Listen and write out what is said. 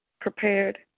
Prepared